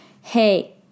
hey